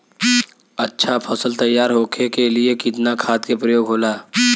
अच्छा फसल तैयार होके के लिए कितना खाद के प्रयोग होला?